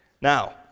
Now